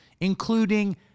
including